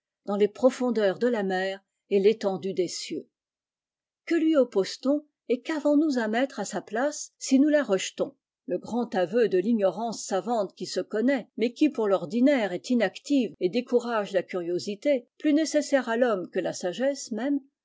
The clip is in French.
dans les profondeurs de la mer et retendue des cieux que lui oppose t on et qa'avons nous à mettre à sa place si nous la rejetons le grand aveu de fignorance savante qui se connait mais qui pour tordinaire est inactive et décourage la curiosité plus nécessaire à l'homme que la sagesse même